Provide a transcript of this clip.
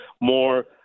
more